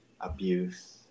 abuse